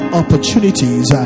opportunities